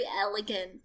elegant